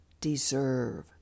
deserve